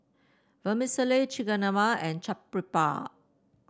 Vermicelli Chigenabe and Chaat Papri